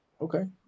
Okay